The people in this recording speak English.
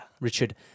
Richard